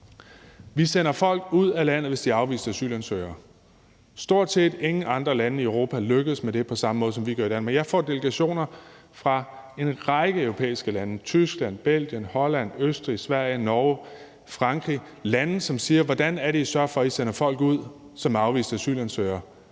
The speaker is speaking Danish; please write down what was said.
sender vi folk ud af landet, hvis de er afviste asylansøgere. Stort set ingen andre lande i Europa lykkes med det på samme måde, som vi gør i Danmark. Jeg får besøg af delegationer fra en række europæiske lande – Tyskland, Belgien, Holland, Østrig, Sverige, Norge, Frankrig – og det er lande, som siger: Hvordan er det, at I sørger for at sende folk ud, som er afviste asylansøgere?